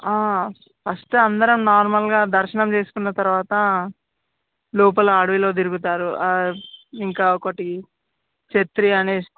first అందరం నార్మల్గా దర్శనం చేసుకున్న తరువాత లోపల అడవిలో తిరుగుతారు ఇంకా ఒకటి క్షత్రియ అనేసి